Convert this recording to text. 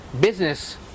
business